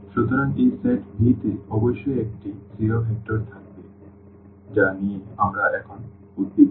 সুতরাং এই set V তে অবশ্যই একটি শূন্য ভেক্টর থাকতে হবে যা নিয়ে আমরা এখন উদ্বিগ্ন